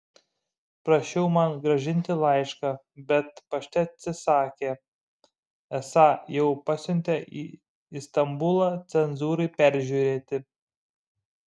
prašiau man grąžinti laišką bet pašte atsisakė esą jau pasiuntę į istambulą cenzūrai peržiūrėti